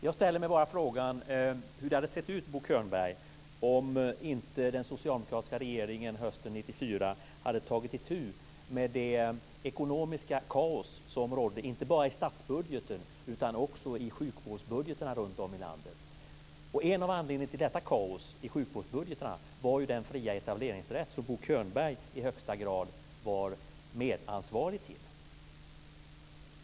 Jag ställer mig bara frågan hur det hade sett ut, Bo Könberg, om inte den socialdemokratiska regeringen hösten 1994 hade tagit itu med det ekonomiska kaos som rådde, inte bara i statsbudgeten utan också i sjukvårdsbudgetarna runt om i landet. En av anledningarna till detta kaos i sjukvårdsbudgetarna var ju den fria etableringsrätt som Bo Könberg i högsta grad var medansvarig till.